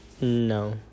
No